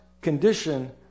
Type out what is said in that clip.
condition